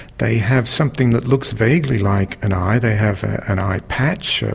they have something that looks vaguely like an eye, they have an eye patch,